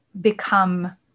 become